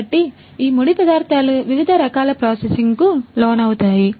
కాబట్టి ఈ ముడి పదార్థాలు వివిధ రకాల ప్రాసెసింగ్కు లోనవుతాయి